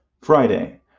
Friday